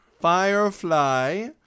Firefly